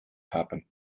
happen